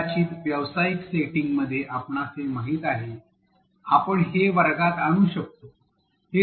कदाचित व्यावसायिक सेटिंगमध्ये आपणस हे माहीत आहे आपण हे वर्गात आणू शकतो